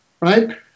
right